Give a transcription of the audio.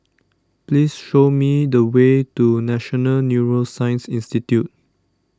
please show me the way to National Neuroscience Institute